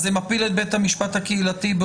זה מפיל את בית המשפט הקהילתי?